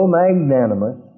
magnanimous